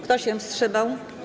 Kto się wstrzymał?